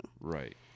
Right